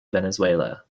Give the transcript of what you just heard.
venezuela